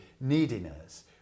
neediness